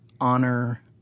honor